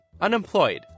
Unemployed